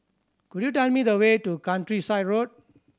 could you tell me the way to Countryside Road